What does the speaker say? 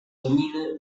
domina